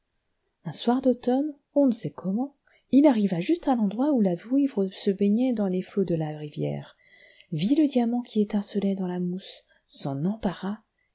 un soir d'automne on ne sait comment il arriva juste à l'endroit où la vouivre se baignait dans les flols de la rivière vit le diamant qui étincelait dans la mousse s'en empara